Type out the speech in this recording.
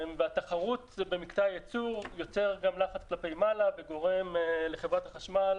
התחרות הזאת במקטע הייצור יוצרת גם לחץ כלפי מעלה וגורמת לחברת החשמל